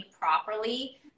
properly